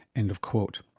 end of quote.